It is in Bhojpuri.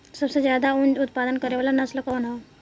सबसे ज्यादा उन उत्पादन करे वाला नस्ल कवन ह?